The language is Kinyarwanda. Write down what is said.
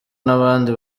n’abandi